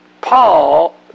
Paul